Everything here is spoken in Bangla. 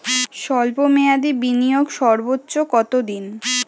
স্বল্প মেয়াদি বিনিয়োগ সর্বোচ্চ কত দিন?